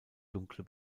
dunkle